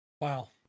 Wow